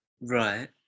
Right